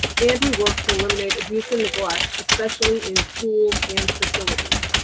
and we work to eliminate abuse and neglect, especially in schools and facilities.